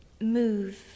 Move